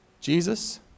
Jesus